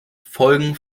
folgen